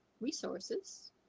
resources